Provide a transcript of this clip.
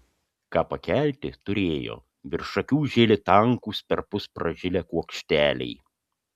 ką pakelti turėjo virš akių žėlė tankūs perpus pražilę kuokšteliai